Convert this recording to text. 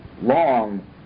long